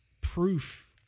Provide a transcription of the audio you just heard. proof